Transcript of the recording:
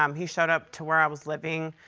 um he showed up to where i was living.